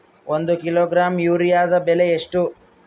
ಒಂದು ಕಿಲೋಗ್ರಾಂ ಯೂರಿಯಾದ ಬೆಲೆ ಎಷ್ಟು?